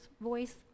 voice